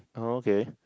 oh okay